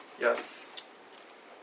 Yes